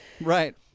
right